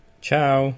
ciao